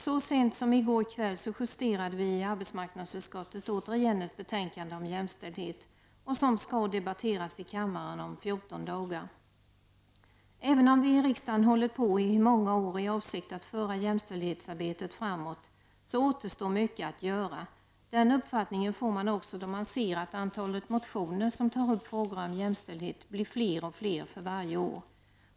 Så sent som i går kväll justerade vi i arbetsmarknadsutskottet återigen ett betänkade om jämställdhet som skall debatteras i kammaren om fjorton dagar. Även om vi i riksdagen hållit på i många år i avsikt att föra jämställdhetsarbetet framåt, återstår mycket att göra. Den uppfattningen får man också då man ser att antalet motioner som tar upp frågor om jämställdhet blir fler och fler för varje år.